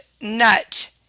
nut